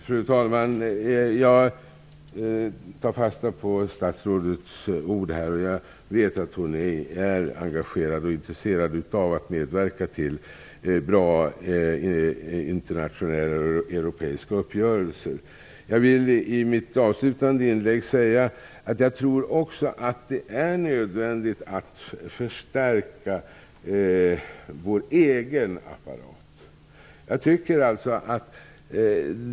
Fru talman! Jag tar fasta på statsrådets ord. Jag vet att hon är engagerad och intresserad av att medverka till bra internationella och europeiska uppgörelser. Jag vill i mitt avslutande inlägg säga att jag också tror att det är nödvändigt att förstärka vår egen apparat.